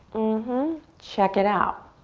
ah check it out.